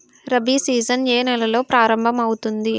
Rabi season ఏ నెలలో ప్రారంభమౌతుంది?